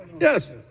yes